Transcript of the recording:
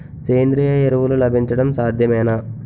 సేంద్రీయ ఎరువులు లభించడం సాధ్యమేనా?